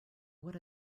what